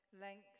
length